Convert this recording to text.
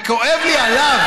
וכואב לי עליו,